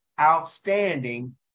outstanding